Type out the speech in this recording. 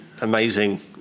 amazing